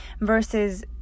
versus